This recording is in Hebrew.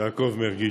יעקב מרגי,